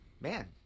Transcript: man